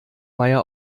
meier